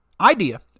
idea